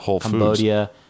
Cambodia